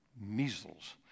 Measles